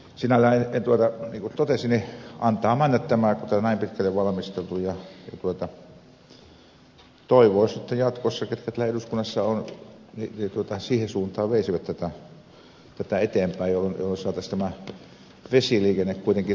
sinällään niin kuin totesin antaa mennä tämän kun tätä näin pitkälle on valmisteltu ja toivoisi että jatkossakin ketkä täällä eduskunnassa ovat siihen suuntaan veisivät tätä eteenpäin jotta saataisiin tämä vesiliikenne kuitenkin toimimaan